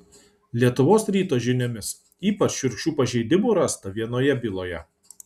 lietuvos ryto žiniomis ypač šiurkščių pažeidimų rasta vienoje byloje